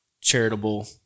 charitable